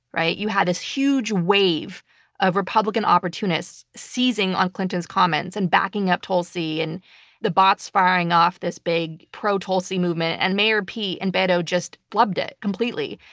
right? you had this huge wave of republican opportunists seizing on clinton's comments and backing up tulsi, and the bots firing off this big pro-tulsi movement, and mayor pete and beto just flubbed it completely.